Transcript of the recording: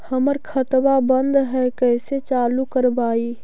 हमर खतवा बंद है कैसे चालु करवाई?